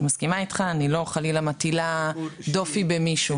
אני מסכימה איתך, אני חלילה לא מטילה דופי במישהו.